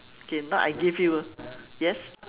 okay now I give you ah yes